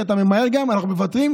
גם כי אתה ממהר אנחנו מוותרים,